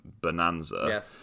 Bonanza